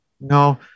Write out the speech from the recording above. no